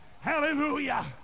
Hallelujah